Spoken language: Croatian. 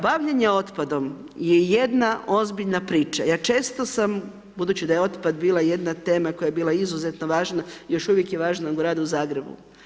Bavljenje otpadom je jedna ozbiljna priča, ja često sam ,budući da je otpad bila jedna tema, koja je bila izuzetno važna, još uvijek je važna u Gradu Zagrebu.